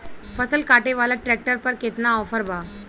फसल काटे वाला ट्रैक्टर पर केतना ऑफर बा?